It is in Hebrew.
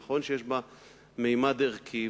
נכון שיש בה ממד ערכי,